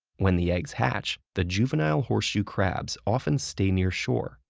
when the eggs hatch, the juvenile horseshoe crabs often stay near shore,